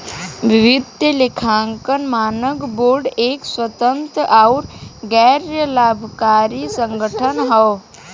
वित्तीय लेखांकन मानक बोर्ड एक स्वतंत्र आउर गैर लाभकारी संगठन हौ